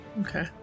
Okay